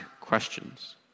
questions